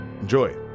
Enjoy